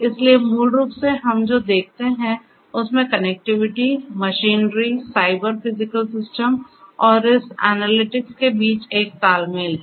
इसलिए मूल रूप से हम जो देखते हैं उसमें connectivity machinery cyber physical system और इस एनालिटिक्स के बीच एक तालमेल है